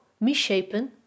misshapen